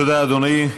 תודה, אדוני.